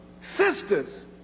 sisters